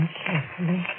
carefully